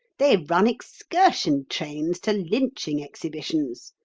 they run excursion trains to lynching exhibitions.